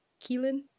Keelan